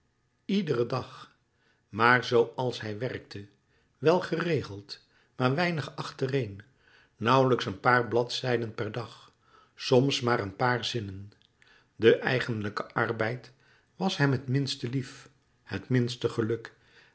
iederen dag maar zoo als hij werkte wel geregeld maar weinig achtereen nauwlijks een paar bladzijden per dag soms maar een paar zinnen de eigenlijke arbeid was hem het minste lief het minste geluk